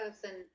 person